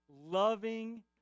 loving